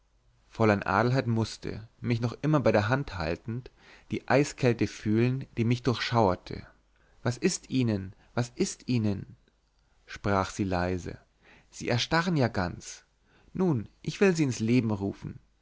fräulein adelheid mußte mich noch immer bei der hand haltend die eiskälte fühlen die mich durchschauerte was ist ihnen was ist ihnen sprach sie leise sie erstarren ja ganz nun ich will sie ins leben rufen